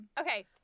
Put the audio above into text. Okay